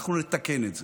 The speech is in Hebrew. אנחנו נתקן את זה.